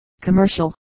commercial